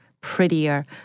prettier